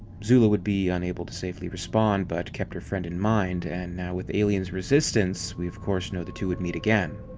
zula would be unable to safely respond, but kept her friend in mind, and now, with aliens resistance, we of course know the two would meet again.